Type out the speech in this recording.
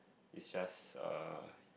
is just uh